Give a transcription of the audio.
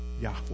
Yahweh